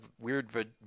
weird